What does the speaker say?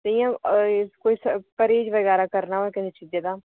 जि'यां कोई परहेज बगैरा करना होऐ कुसै चीजै दा